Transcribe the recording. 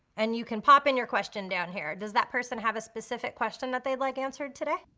and you can pop in your question down here. does that person have a specific question that they'd like answered today?